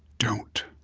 don't.